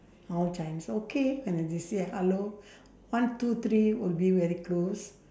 all chinese okay and then they say hello one two three will be very close